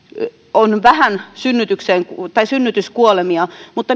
on vähän synnytyskuolemia mutta